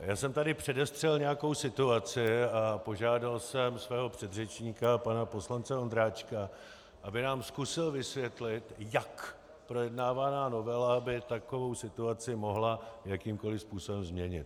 Já jsem tady předestřel nějakou situaci a požádal jsem svého předřečníka pana poslance Ondráčka, aby nám zkusil vysvětlit, jak projednávaná novela by takovou situaci mohla jakýmkoli způsobem změnit.